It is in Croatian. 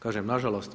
Kažem na žalost.